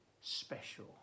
special